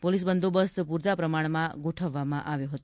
police બંદોબસ્ત પૂરતા પ્રમાણમાં ગોઠવવામાં આવ્યો હતો